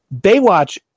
Baywatch